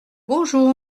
bonjour